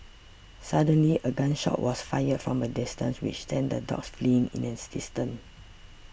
suddenly a gun shot was fired from a distance which sent the dogs fleeing in an instant